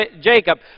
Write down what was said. Jacob